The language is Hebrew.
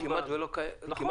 כמעט ולא נוסעים.